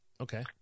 Okay